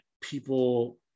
people